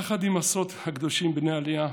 יחד עם עשרות הקדושים בני העלייה,